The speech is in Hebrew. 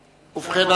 ובכן,